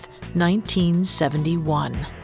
1971